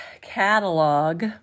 catalog